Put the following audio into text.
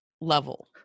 Level